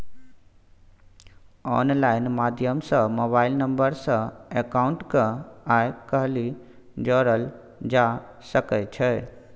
online माध्यम सँ mobile number सँ अकाउंट केँ आइ काल्हि जोरल जा सकै छै